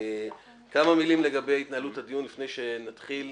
כמה מילים לגבי התנהלות הדיון לפני שנתחיל.